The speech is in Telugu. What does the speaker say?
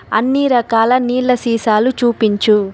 అన్ని రకాల నీళ్ళ సీసాలు చూపించు